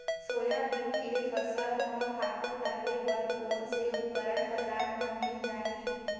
Soybean के फसल म खातु डाले बर कोन से उपकरण बजार म मिल जाहि?